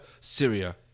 Syria